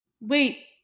Wait